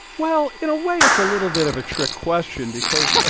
well, in a way, it's a little bit of a trick question because.